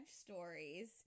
stories